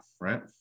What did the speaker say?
right